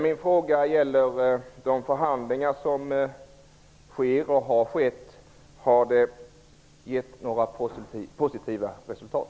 Min fråga gäller de förhandlingar som har skett och sker: Har de gett några positiva resultat?